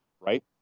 right